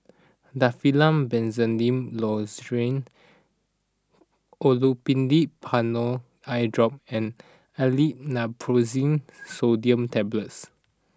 Difflam Benzydamine Lozenges Olopatadine Patanol Eyedrop and Aleve Naproxen Sodium Tablets